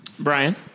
Brian